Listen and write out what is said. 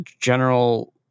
general